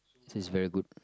so is very good